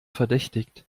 verdächtigt